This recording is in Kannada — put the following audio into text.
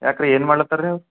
ಯಾಕೆ ರೀ ಏನು ಮಾಡ್ಲತ್ತಾರ್ರಿ ಅವ್ರು